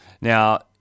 Now